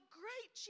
great